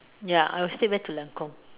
ya I will stick back to Lancome